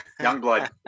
Youngblood